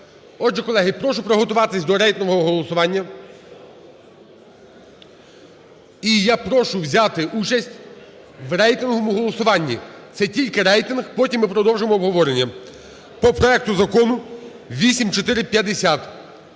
Отже, колеги, прошу приготуватися до рейтингового голосування. І я прошу взяти участь в рейтинговому голосуванні, це тільки рейтинг, потім ми продовжимо обговорення, по проекту закону 8450.